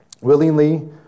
willingly